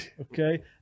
Okay